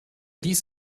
dies